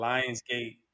Lionsgate